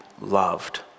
loved